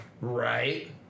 Right